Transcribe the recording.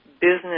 business